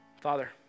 Father